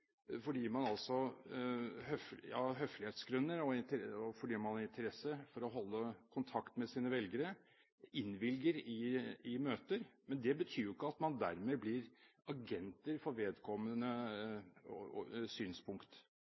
og av høflighetsgrunner fordi man har interesse av å holde kontakt med sine velgere, innvilger i møter. Men det betyr ikke at man dermed blir agenter for vedkommendes synspunkt.